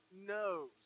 knows